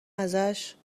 ازش